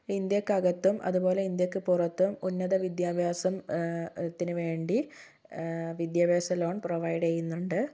ഇന്ത്യയ്ക്ക് അകത്തും അതുപോലെ ഇന്ത്യയ്ക്ക് പുറത്തും ഉന്നത വിദ്യാഭ്യാസത്തിനു വേണ്ടി വിദ്യാഭ്യാസ ലോൺ പ്രൊവൈഡ് ചെയ്യുന്നുണ്ട്